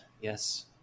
yes